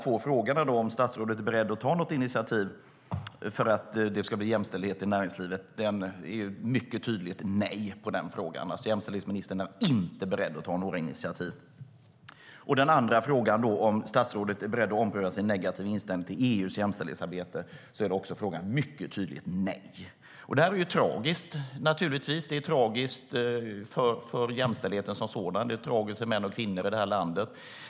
På frågan om statsrådet är beredd att ta något initiativ för att det ska bli jämställdhet i näringslivet är svaret ett mycket tydligt nej. Jämställdhetsministern är inte beredd att ta några initiativ. Den andra frågan var om statsrådet är beredd att ompröva sin negativa inställning till EU:s jämställdhetsarbete. Även där är svaret ett mycket tydligt nej. Detta är naturligtvis tragiskt. Det är tragiskt för jämställdheten som sådan. Det är tragiskt för män och kvinnor i det här landet.